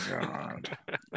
god